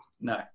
No